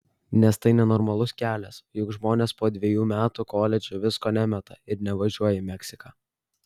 nes tai nenormalus kelias juk žmonės po dvejų metų koledže visko nemeta ir nevažiuoja į meksiką